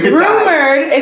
rumored